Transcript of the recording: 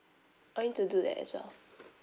oh need to do that as well